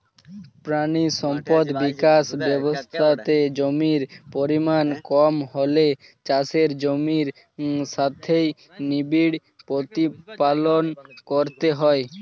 প্রাণী সম্পদ বিকাশ ব্যবস্থাতে জমির পরিমাণ কম হলে চাষের জমির সাথেই নিবিড় প্রতিপালন করতে হয়